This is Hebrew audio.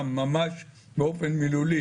וגם זה סופר לגיטימי,